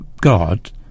God